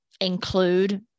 include